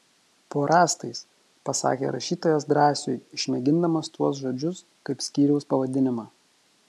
po rąstais pasakė rašytojas drąsiui išmėgindamas tuos žodžius kaip skyriaus pavadinimą